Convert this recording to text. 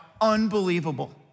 unbelievable